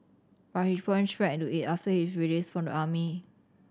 but he plunged back into it after his release from the army